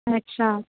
ਅੱਛਾ